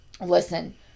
listen